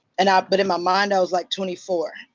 and ah but in my mind, i was like twenty four.